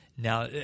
Now